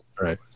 right